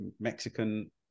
Mexican